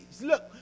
Look